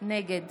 נגד